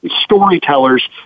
storytellers